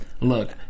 look